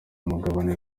mugabane